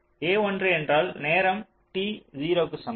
a 1 என்றால் நேரம் t 0 க்கு சமம்